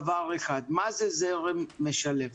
דבר אחד - מה זה זרם משלב?